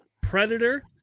Predator